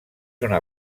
una